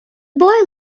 boy